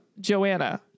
Joanna